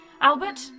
Albert